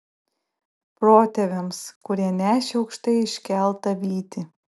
protėviams kurie nešė aukštai iškeltą vytį